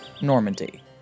Normandy